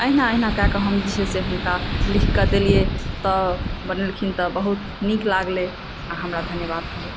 अहिना अहिना कए कऽ हम जे छै से हुनका लिखकए देलियनि बनेलखिन तऽ बहुत नीक लागलै आओर हमरा धन्यवाद कहलक